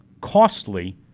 costly